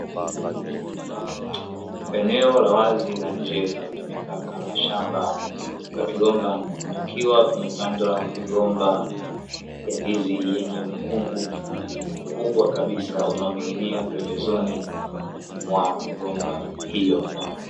Eneo la wazi la nje linalotumika kama shamba la migomba, pakiwa pamepandwa migomba ya ndizi yenye mikungu mkubwa kabisa unaoning'inia pembezoni mwa migomba hiyo.